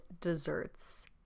desserts